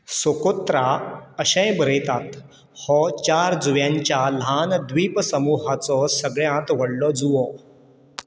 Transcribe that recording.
Socotra अशेंय बरयतात हो चार जुंव्यांच्या ल्हान द्वीप समुहाचो सगळ्यात व्हडलो जुंवो